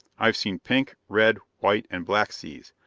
i've seen pink, red, white and black seas,